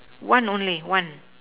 one only one